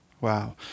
Wow